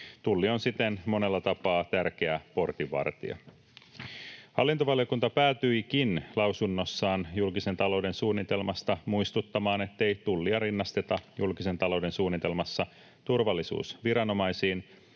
Tulli on siten monella tapaa tärkeä portinvartija. Hallintovaliokunta päätyikin lausunnossaan julkisen talouden suunnitelmasta muistuttamaan, ettei Tullia rinnasteta julkisen talouden suunnitelmassa turvallisuusviranomaisiin,